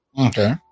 Okay